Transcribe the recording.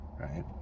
right